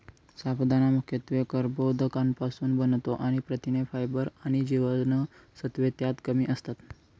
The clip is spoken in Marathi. साबुदाणा मुख्यत्वे कर्बोदकांपासुन बनतो आणि प्रथिने, फायबर आणि जीवनसत्त्वे त्यात कमी असतात